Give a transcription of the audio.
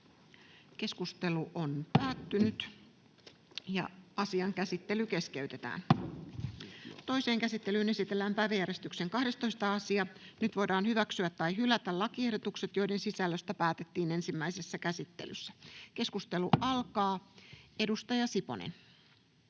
siihen liittyviksi laeiksi Time: N/A Content: Toiseen käsittelyyn esitellään päiväjärjestyksen 9. asia. Nyt voidaan hyväksyä tai hylätä lakiehdotukset, joiden sisällöstä päätettiin ensimmäisessä käsittelyssä. — Keskustelua. Edustaja Nurminen,